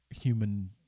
human